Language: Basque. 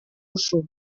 usu